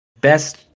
best